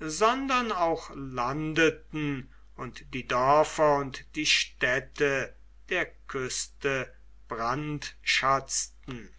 sondern auch landeten und die dörfer und die städte der küste brandschatzten